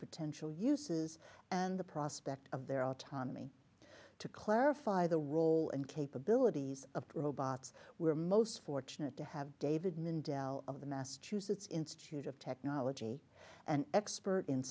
potential uses and the prospect of their autonomy to clarify the role and capabilities of robots we're most fortunate to have david mendell of the massachusetts institute of technology an expert in